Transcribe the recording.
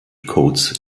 codes